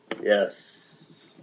Yes